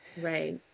Right